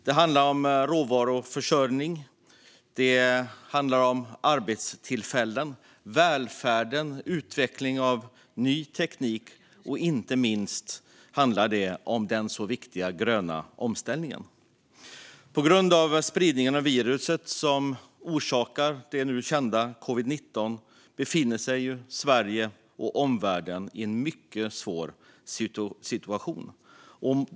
Det handlar om råvaruförsörjning, arbetstillfällen, välfärd och utveckling av ny teknik och inte minst den viktiga gröna omställningen. På grund av spridningen av det nu kända viruset som orsakar covid-19 befinner sig Sverige och omvärlden i en mycket svår situation.